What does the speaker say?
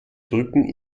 drücken